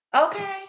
Okay